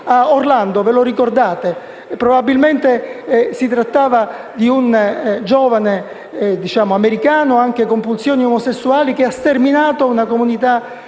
a Orlando ve lo ricordate? Probabilmente si trattava di un giovane americano, anche con pulsioni omosessuali, che ha sterminato una comunità